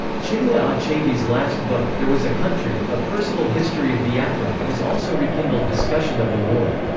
chinua achebe's last book, there was a country a personal history of biafra, has also rekindled discussion of the war.